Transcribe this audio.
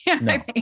No